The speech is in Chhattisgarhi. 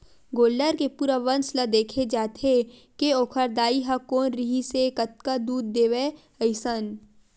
गोल्लर के पूरा वंस ल देखे जाथे के ओखर दाई ह कोन रिहिसए कतका दूद देवय अइसन